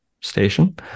Station